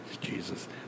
Jesus